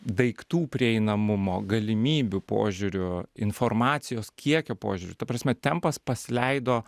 daiktų prieinamumo galimybių požiūriu informacijos kiekio požiūriu ta prasme tempas pasileido